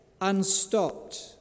unstopped